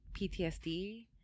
PTSD